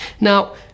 Now